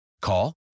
Call